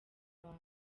wawe